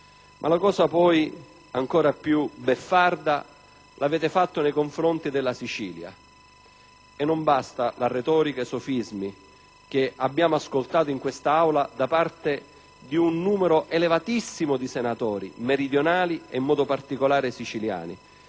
Ma la cosa ancora più beffarda l'avete fatta nei confronti della Sicilia: e non bastano la retorica e i sofismi che abbiamo ascoltato in quest'Aula da parte di un numero elevatissimo di senatori meridionali, in particolare siciliani,